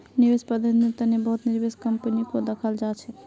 निवेश प्रबन्धनेर तने बहुत निवेश कम्पनीको दखाल जा छेक